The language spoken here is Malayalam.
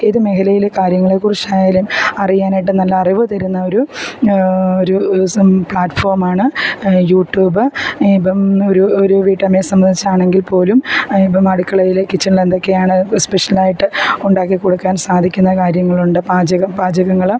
ഏത് മേഖലയിലെ കാര്യങ്ങളെ കുറിച്ചായാലും അറിയാനായിട്ട് നല്ല അറിവ് തരുന്ന ഒരു ഒരു സം പ്ലാറ്റ്ഫോം ആണ് യൂട്യൂബ് ഈപ്പം ഒരു ഒരു വീട്ടമ്മയെ സംബന്ധിച്ചാണെങ്കിൽ പോലും ഇപ്പം അടുക്കളയിലെ കിച്ചണിൽ എന്തൊക്കെയാണ് സ്പെഷ്യൽ ആയിട്ട് ഉണ്ടാക്കി കൊടുക്കാൻ സാധിക്കുന്ന കാര്യങ്ങളുണ്ട് പാചകം പാചകങ്ങൾ